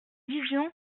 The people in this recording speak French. vision